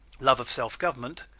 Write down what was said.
love of self-government,